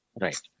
Right